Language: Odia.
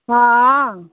ହଁ